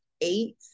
eight